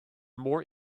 more